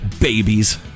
Babies